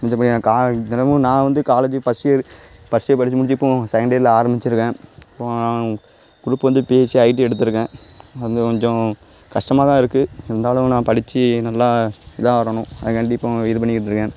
இந்த பையன் கா தினமும் நான் வந்து college first year first year படித்து முடித்து இப்போது செகண்ட் இயரில் ஆரம்பிச்சுருக்கேன் இப்போது குரூப்பு வந்து பிஎஸ்சி ஐடி எடுத்திருக்கேன் அது கொஞ்சம் கஷ்டமாக தான் இருக்குது இருந்தாலும் நான் படித்து நல்லா இதாக ஆகிறணும் அதுக்காண்டி இப்போது இது பண்ணிகிட்டிருக்கேன்